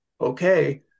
okay